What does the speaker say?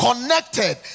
connected